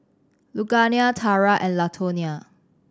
Lugenia Tarah and Latonia